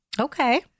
Okay